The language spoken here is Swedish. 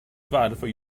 varför